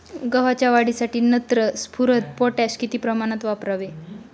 गव्हाच्या वाढीसाठी नत्र, स्फुरद, पोटॅश किती प्रमाणात वापरावे?